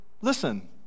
listen